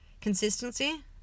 consistency